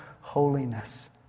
holiness